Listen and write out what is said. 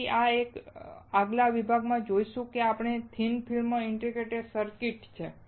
તેથી અમે આ આગલા વિભાગમાં જઈશું જે આપણી થીક ફિલ્મ ઇન્ટિગ્રેટેડ સર્કિટ છે